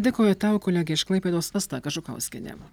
dėkoju tau kolegė iš klaipėdos asta kažukauskienė